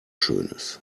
schönes